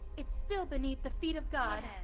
it's still beneath the feet of god. and